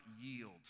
yield